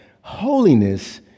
holiness